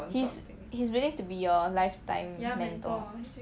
he's he's willing to be your lifetime mentor